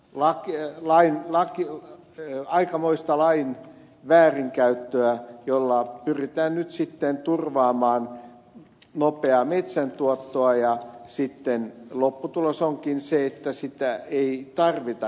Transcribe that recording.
laki ei lain laki on aikamoista lain väärinkäyttöä jolla pyritään turvaamaan nopeaa metsän tuottoa ja sitten lopputulos onkin se että puuta ei tarvitakaan